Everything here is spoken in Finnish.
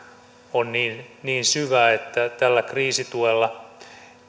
on niin niin syvä että tällä kriisituella